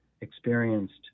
experienced